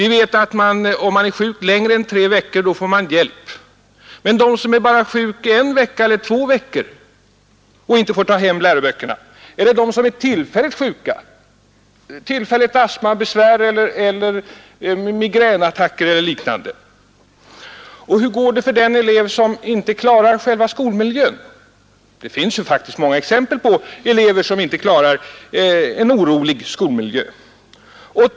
Om man är sjuk längre än tre veckor, får man studiehjälp. Hur går det för dem som är sjuka bara en eller två veckor eller för dem som är tillfälligt sjuka — det kan vara astmabesvär eller migränattacker? Och hur går det för den elev som inte klarar själva skolmiljön? Det finns många exempel på elever som inte klarar en orolig skolmiljö.